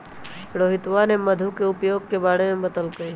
रोहितवा ने मधु के उपयोग के बारे में बतल कई